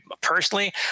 personally